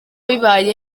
bibaye